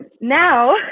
Now